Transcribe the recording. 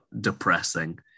depressing